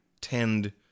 tend